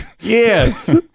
Yes